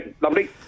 lovely